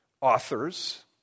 authors